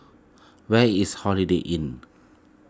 where is Holiday Inn